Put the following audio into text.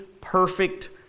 perfect